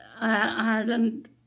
Ireland